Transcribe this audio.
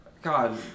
God